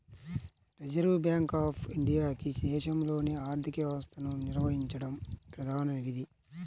reserve bank of ఇండియాకి దేశంలోని ఆర్థిక వ్యవస్థను నిర్వహించడం ప్రధాన విధి